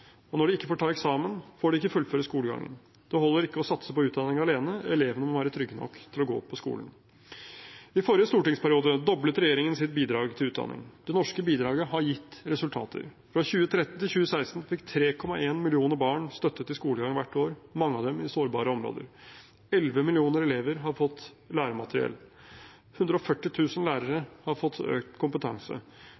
Og når de ikke får ta eksamen, får de ikke fullføre skolegangen. Det holder ikke å satse på utdanning alene – elevene må være trygge nok til å gå på skolen. I forrige stortingsperiode doblet regjeringen sitt bidrag til utdanning. Det norske bidraget har gitt resultater: Fra 2013 til 2016 fikk 3,1 millioner barn støtte til skolegang hvert år, mange av dem i sårbare områder. 11 millioner elever har fått læremateriell. 140 000 lærere